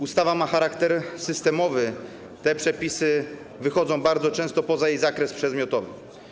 Ustawa ma charakter systemowy, te przepisy wychodzą bardzo często poza jej zakres przedmiotowy.